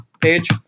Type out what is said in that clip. page